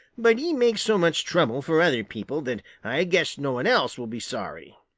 but he makes so much trouble for other people that i guess no one else will be sorry.